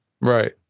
Right